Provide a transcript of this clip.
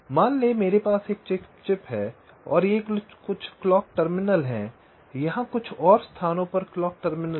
मान लें मेरे पास एक चिप है और ये कुछ क्लॉक टर्मिनल हैं यहाँ कुछ और स्थानों पर क्लॉक टर्मिनल हैं